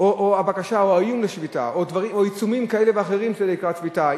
או איום בשביתה או עיצומים כאלה ואחרים שהם לקראת שביתה.